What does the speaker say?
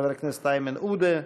חברי הכנסת איימן עודה,